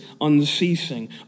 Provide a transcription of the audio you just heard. unceasing